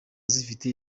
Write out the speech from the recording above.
zifite